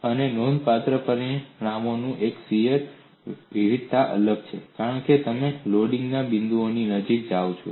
અને નોંધપાત્ર પરિણામોમાંનું એક છે શીયર વિવિધતા અલગ છે કારણ કે તમે લોડિંગ ના બિંદુઓની નજીક જાઓ છો